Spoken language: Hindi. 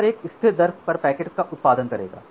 शेपर एक स्थिर दर पर पैकेट का उत्पादन करेगा